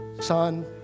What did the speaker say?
Son